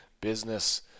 business